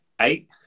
eight